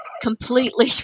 completely